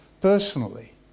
personally